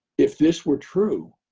if this were true,